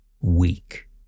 weak